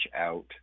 out